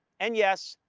and yes,